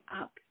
up